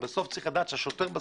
אבל השוטר,